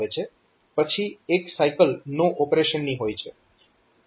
પછી એક cycle "no operation " ની હોય છે